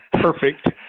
perfect